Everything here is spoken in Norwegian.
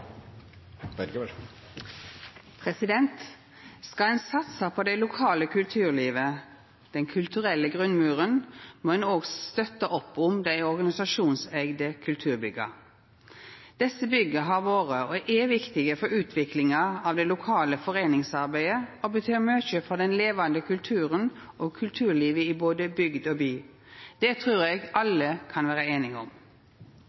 3 minutter. Skal ein satsa på det lokale kulturlivet, den kulturelle grunnmuren, må ein òg støtta opp om dei organisasjonseigde kulturbygga. Desse bygga har vore og er viktige for utviklinga av det lokale foreiningsarbeidet og betyr mykje for den levande kulturen og kulturlivet i både bygd og by. Det trur eg alle kan vera einige om.